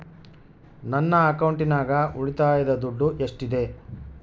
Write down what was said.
ನನ್ನ ಅಕೌಂಟಿನಾಗ ಉಳಿತಾಯದ ದುಡ್ಡು ಎಷ್ಟಿದೆ?